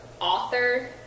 author